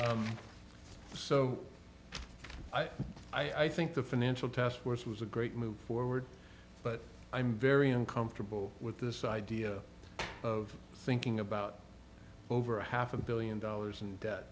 o i think the financial task force was a great move forward but i'm very uncomfortable with this idea of thinking about over a half a billion dollars